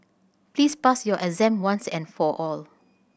please pass your exam once and for all